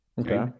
Okay